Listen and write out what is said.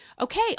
Okay